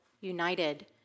united